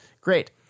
great